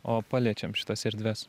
o paliečiam šitas erdves